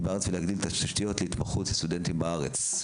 בארץ ולהגדיל את התשתיות להתמחות הסטודנטים בארץ,